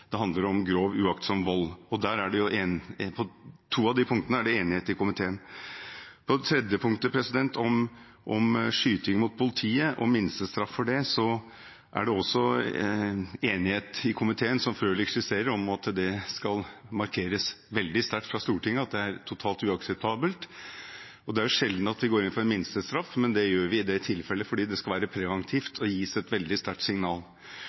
det handler om grov uaktsom vold. På to av de punktene er det enighet i komiteen. På det tredje punktet, om skyting mot politiet og minstestraff for det, er det også enighet i komiteen, som Frølich skisserer, om at det skal markeres veldig sterkt fra Stortinget at det er totalt uakseptabelt. Det er jo sjelden at vi går inn for en minstestraff, men det gjør vi i det tilfellet, fordi det skal være preventivt, og det skal gis et veldig sterkt signal.